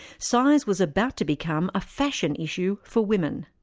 size was about to become a fashion issue for women.